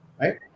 right